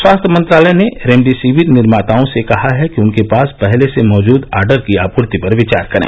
स्वास्थ्य मंत्रालय ने रेमडेसिविर निर्माताओं से कहा है कि उनके पास पहले से मौजूद ऑर्डर की आपूर्ति पर विचार करें